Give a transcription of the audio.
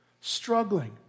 struggling